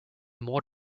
more